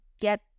get